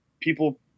people